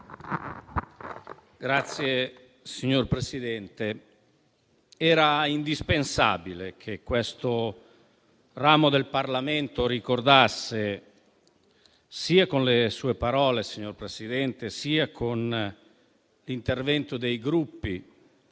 era indispensabile che questo ramo del Parlamento ricordasse sia con le sue parole, sia con l'intervento dei Gruppi,